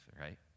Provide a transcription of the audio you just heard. right